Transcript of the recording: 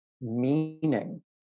meaning